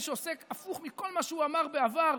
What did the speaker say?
מי שעושה הפוך מכל מה שהוא אמר בעבר,